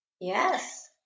Yes